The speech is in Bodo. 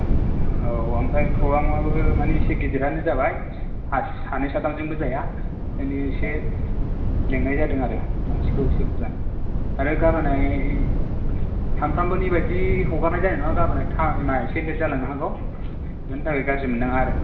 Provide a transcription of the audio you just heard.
औ ओमफ्राय प्र'ग्राम आबो माने एसे गिदिरानो जाबाय आरो सानै साथामजोंबो जाया बेनिखायनो एसे लिंनाय जादों आरो मानसिखौ एसे बुरजानो आरो गाबोनहाय सानफ्रोमबोनि बायदि हगारनाय जानाय नङा गाबोन टाइम आ एसे लेट जालांनो हागौ बेनि थाखाय गाज्रि मोननाङा आरो